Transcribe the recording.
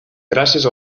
gràcies